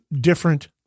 different